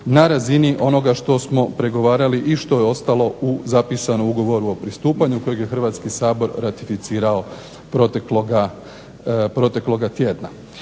na razini onoga što smo pregovarali i što je ostalo zapisano u Ugovoru o pristupanju kojeg je Hrvatski sabor ratificirao protekloga tjedna.